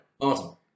Awesome